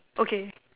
okay